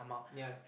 ya